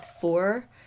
four